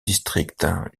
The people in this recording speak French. districts